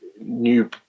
new